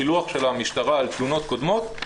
פילוח של המשטרה על תלונות קודמות,